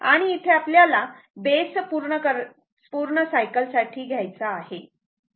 आणि इथे आपल्याला बेस पूर्ण सायकलसाठी घ्यायचा आहे